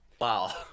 wow